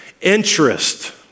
interest